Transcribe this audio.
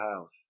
house